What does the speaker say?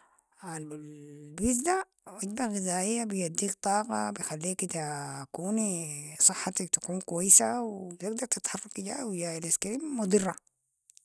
البيتزا وجبة غذائية بيديك طاقة، بخليكي تكوني صحتك تكون كويسة و تقدر تتحركي جاي و جاي الاسكريم مضرة.